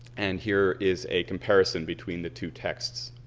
and here is a comparison between the two texts.